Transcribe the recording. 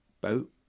boat